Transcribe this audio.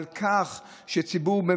על כך שציבור,